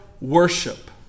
worship